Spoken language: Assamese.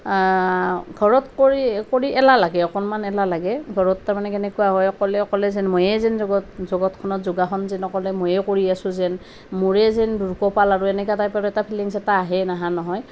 ঘৰত কৰি কৰি এলাহ লাগে অকণমান এলাহ লাগে ঘৰত তাৰমানে কেনেকুৱা হয় অকলে অকলে যেন ময়েই যেন জগতখনত যোগাসন যেন অকলে ময়েই কৰি আছোঁ যেন মোৰে যেন কপাল আৰু এনেকুৱা টাইপৰ এটা ফিলিংচ এটা আহেই নহা নহয়